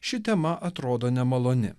ši tema atrodo nemaloni